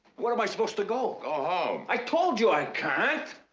where am i supposed to go? go home. i told you i can't.